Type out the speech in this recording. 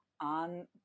on